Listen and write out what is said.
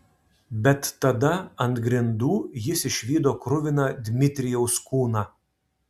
bet tada ant grindų jis išvydo kruviną dmitrijaus kūną